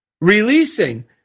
releasing